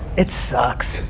it sucks.